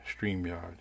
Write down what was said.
StreamYard